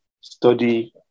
study